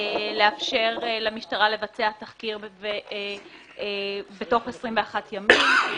לאפשר למשטרה לבצע תחקיר בתוך 21 ימים.